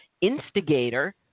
instigator